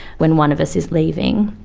when one of us is leaving.